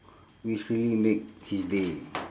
which really make his day